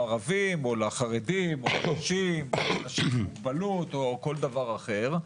ערבים או לחרדים או לנשים או אנשים עם מוגבלות או כל דבר אחר.